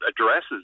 addresses